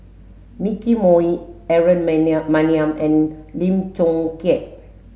Nicky Moey Aaron Maniam and Lim Chong Keat